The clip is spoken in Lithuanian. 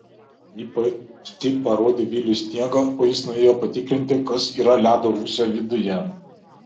ji pati parodė viliui sniegą o jis nuėjo patikrinti kas yra ledo rūsio viduje